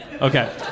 Okay